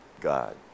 God